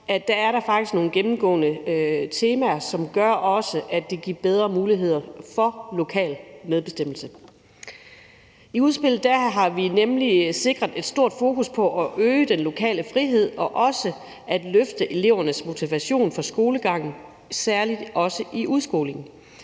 er nogle gennemgående temaer, som gør, at det giver bedre muligheder for lokal medbestemmelse. I udspillet har vi nemlig sikret et stort fokus på at øge den lokale frihed og også at løfte elevernes motivation for skolegang, særlig i udskolingen.